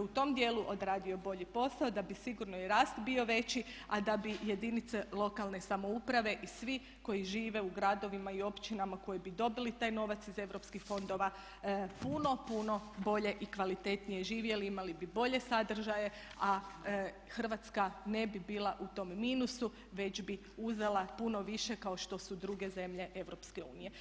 u tom dijelu odradio bolji posao da bi sigurno i rast bio veći, a da bi jedinice lokalne samouprave i svi koji žive u gradovima i općinama koje bi dobile taj novac iz europskih fondova puno, puno bolje i kvalitetnije živjeli, imali bi bolje sadržaje a Hrvatska ne bi bila u tom minusu već bi uzela puno više kao što su druge zemlje EU.